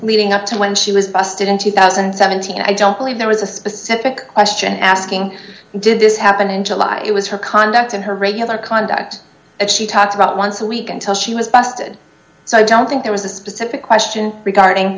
leading up to when she was busted in two thousand and seventeen i don't believe there was a specific question asking did this happen in july it was her conduct and her regular conduct that she talked about once a week until she was busted so i don't think there was a specific question regarding